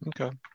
Okay